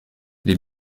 les